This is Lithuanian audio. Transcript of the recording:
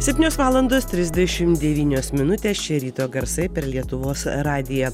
septynios valandos trisdešim devynios minutės čia ryto garsai per lietuvos radiją